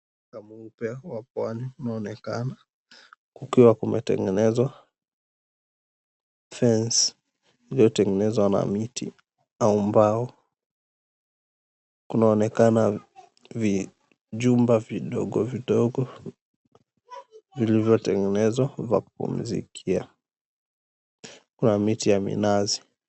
Mchanga mweupe wa pwani unaonekana kukiwa kumetengenezwa fence iliyotengenezwa na miti au mbao kunaonekana vijumba vidogo vidogo vilivyotengenezwa vya kupumzikia kuna miti ya minazi.